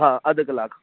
हा अधु कलाकु